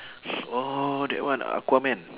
orh that one aquaman